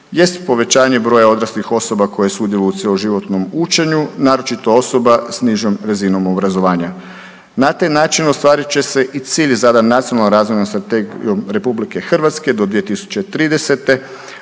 jest povećanje broja odraslih osoba koje sudjeluju u cjeloživotnom učenju naročito osoba s nižom razinom obrazovanja. Na taj način ostvarit će se i cilj zadan Nacionalnom razvojnom strategijom RH do 2030.,